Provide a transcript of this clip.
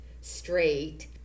straight